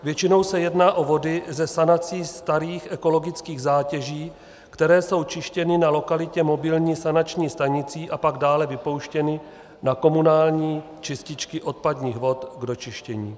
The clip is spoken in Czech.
Většinou se jedná o vody ze sanací starých ekologických zátěží, které jsou čištěny na lokalitě mobilní sanační stanicí a pak dále vypouštěny na komunální čističky odpadních vod k dočištění.